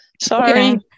sorry